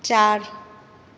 चारि